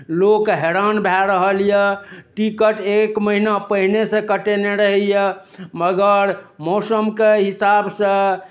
लोक हैरान भऽ रहल अइ टिकट एक महिना पहिनेसँ कटेने रहैए मगर मौसमके हिसाबसँ